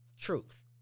truth